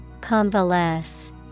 Convalesce